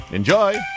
Enjoy